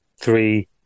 three